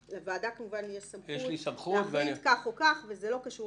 ולוועדה כמובן יש סמכות להחליט כך או כך וזה לא קשור